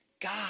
God